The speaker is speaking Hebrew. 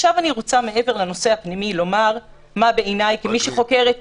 מעבר לנושא הפנימי אני רוצה לומר כמי שחוקרת -- לחתור לסיום.